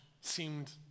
seemed